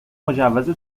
مجوز